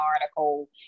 article